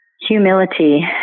humility